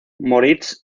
moritz